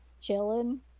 Chilling